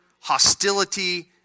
hostility